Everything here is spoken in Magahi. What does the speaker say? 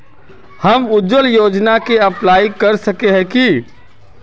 हम उज्वल योजना के अप्लाई कर सके है की?